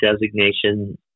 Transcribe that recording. designation